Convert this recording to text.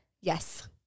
Yes